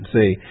See